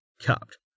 Capped